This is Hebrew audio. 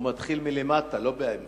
הוא מתחיל מלמטה, לא באמצע.